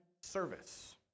service